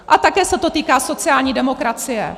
A také se to týká sociální demokracie.